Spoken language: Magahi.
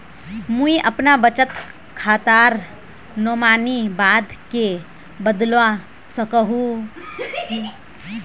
मुई अपना बचत खातार नोमानी बाद के बदलवा सकोहो ही?